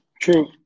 true